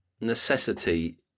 necessity